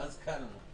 ואז קל לנו.